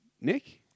Nick